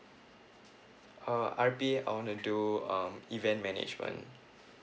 uh R_P I want to do um event management